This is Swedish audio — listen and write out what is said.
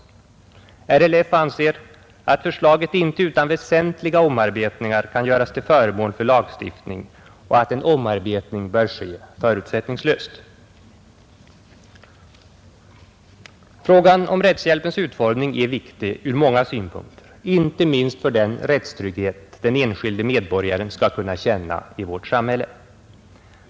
RLF anser att förslaget inte utan väsentliga omarbetningar kan göras till föremål för lagstiftning och att en omarbetning bör ske förutsättningslöst. Frågan om rättshjälpens utformning är viktig ur så många synpunkter och inte minst för den rättstrygghet den enskilde medborgaren skall kunna känna i vårt samhälle.